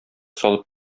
салып